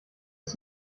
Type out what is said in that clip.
ist